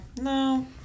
No